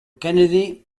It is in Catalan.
kennedy